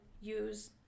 use